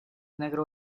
negro